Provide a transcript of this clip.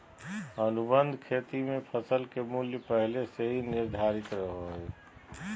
अनुबंध खेती मे फसल के मूल्य पहले से ही निर्धारित रहो हय